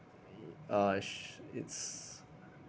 uh is it's